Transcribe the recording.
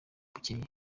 bucyeye